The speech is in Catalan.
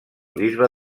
bisbe